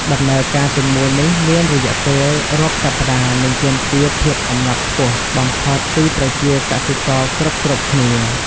ដំណើរការទាំងមូលនេះមានរយៈពេលរាប់សប្តាហ៍និងទាមទារភាពអំណត់ខ្ពស់បំផុតពីប្រជាកសិករគ្រប់ៗគ្នា។